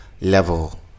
level